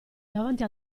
davanti